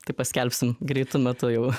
tai paskelbsim greitu metu jau